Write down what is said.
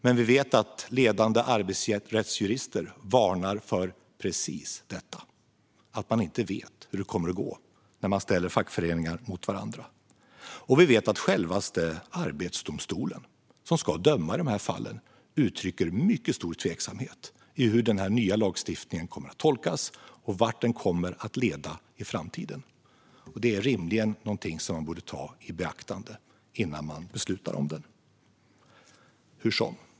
Vi vet dock att ledande arbetsrättsjurister varnar för precis detta, det vill säga att man inte vet hur det kommer att gå när man ställer fackföreningar mot varandra. Vi vet att självaste Arbetsdomstolen, som ska döma i dessa fall, uttrycker mycket stor tveksamhet inför hur den här nya lagstiftningen kommer att tolkas och vart den kommer att leda i framtiden. Det är rimligen något som man borde ta i beaktande innan man beslutar om den. Hurså?